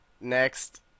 Next